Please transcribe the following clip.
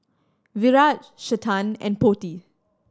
Virat Chetan and Potti